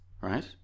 right